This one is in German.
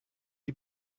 die